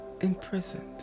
imprisoned